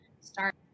start